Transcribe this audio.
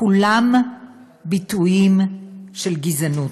כולם ביטויים של גזענות.